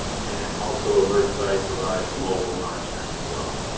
and also alertsite provides mobile monitoring, as well.